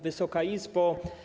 Wysoka Izbo!